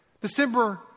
December